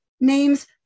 names